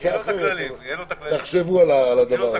תחשבו על זה.